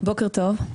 בוקר טוב,